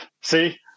See